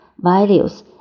values